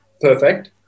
perfect